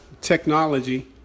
technology